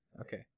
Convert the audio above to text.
Okay